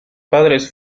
padres